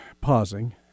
pausing